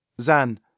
Zan